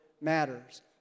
matters